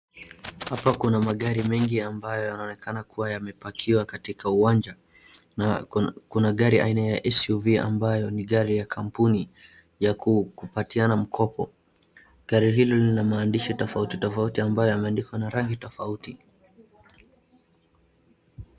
Hapa kuna magari mengi ambayo yanaonekana kuwa yamepakiwa katika uwanja, na kuna, kuna garia aina ya SUV ambayo ni gari ya kampuni ya ku, kupatiana mkopo. Gari hilo lina maandishi tofauti taofauti ambayo yameandikwa na rangi tofauti.